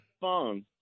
phone